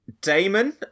damon